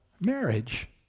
marriage